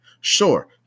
Sure